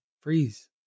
freeze